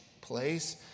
place